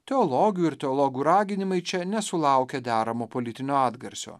teologių ir teologų raginimui čia nesulaukia deramo politinio atgarsio